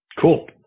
Cool